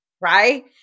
right